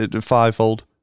fivefold